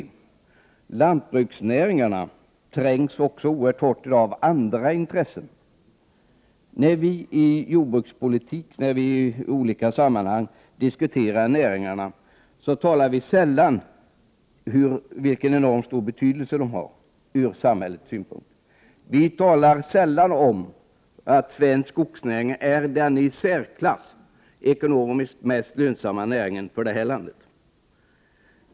Det är att lantbruksnäringarna i dag trängs oerhört hårt av andra intressen. När vi i jordbrukspolitiska sammanhang diskuterar näringarna talar vi sällan om vilken enormt stor betydelse de har för samhället. Vi talar sällan om att svensk skogsnäring är den i särklass ekonomiskt mest lönsamma näringen för landet.